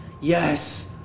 yes